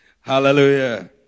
Hallelujah